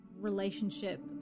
relationship